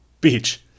Beach